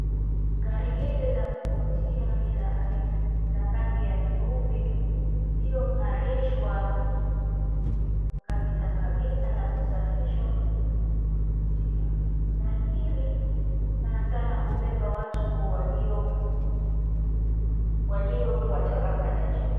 Gari hili la kuvutia ni la rangi nyeupe iliyong'arishwa kabisa kabisa na kusafishwa na kuvutia, gari hili sana sana hubeba watu waliowa tabaka la juu.